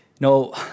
No